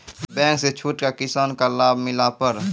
Bank से छूट का किसान का लाभ मिला पर?